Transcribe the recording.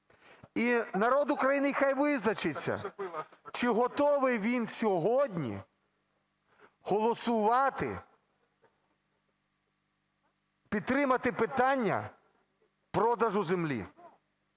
І народ України хай визначиться, чи готовий він сьогодні голосувати, підтримати питання продаж землі,